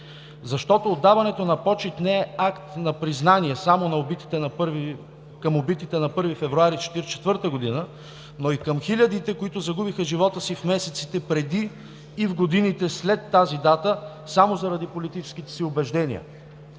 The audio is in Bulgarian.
защото отдаването на почит не е акт на признание само към убитите на 1 февруари 1944 г., но и към хилядите, които загубиха живота си в месеците преди и в годините след тази дата само заради политическите си убеждения.